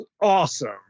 awesome